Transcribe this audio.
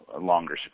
longer